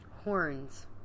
Horns